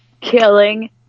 killing